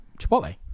Chipotle